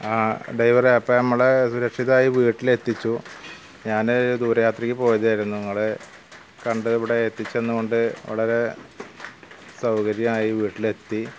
ആ ഡ്രൈവറേ അപ്പോൾ നമ്മളെ സുരക്ഷിതമായി വീട്ടിലെത്തിച്ചു ഞാൻ ദൂരയാത്രക്ക് പോയതായിരുന്നു ഞങ്ങളേ കണ്ട് ഇവിടെ എത്തിച്ചു തന്നതുകൊണ്ട് വളരേ സൗകര്യമായി വീട്ടിലെത്തി